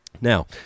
Now